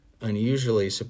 unusually